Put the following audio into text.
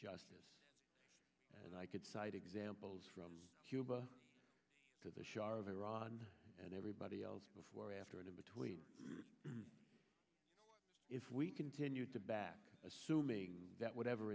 justice and i could cite examples from huber to the shah of iran and everybody else before or after and in between if we continued to back assuming that whatever